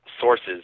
sources